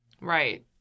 Right